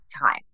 time